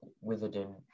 Witherden